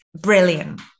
brilliant